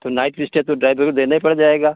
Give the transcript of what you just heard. तो night stay तो driver को देनै पड़ जाएगा